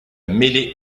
mêlée